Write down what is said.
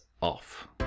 off